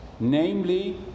Namely